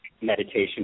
meditation